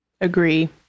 Agree